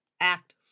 Act